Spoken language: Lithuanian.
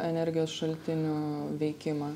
energijos šaltinių veikimą